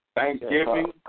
Thanksgiving